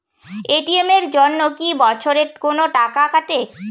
ATM এর জন্যে কি বছরে কোনো টাকা কাটে?